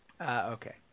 Okay